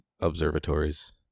observatories